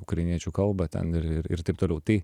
ukrainiečių kalbą ten ir ir ir taip toliau tai